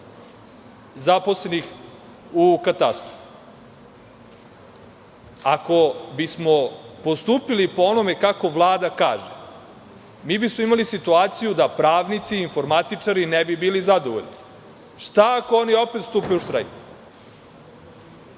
zaposlenih u katastru. Ako bismo postupili po onome kako Vlada kaže, mi bismo imali situaciju da pravnici, informatičari, ne bi bili zadovoljni. Šta ako oni opet stupe u štrajk?